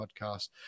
podcast